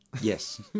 Yes